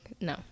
no